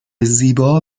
زیبا